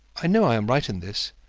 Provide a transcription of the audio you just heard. i know i am right in this.